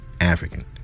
African